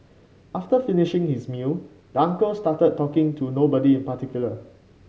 after finishing his meal the uncle started talking to nobody in particular